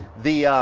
the